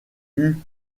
eut